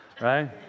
right